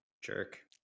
jerk